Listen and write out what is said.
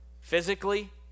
physically